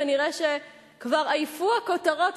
ונראה שכבר עייפו הכותרות.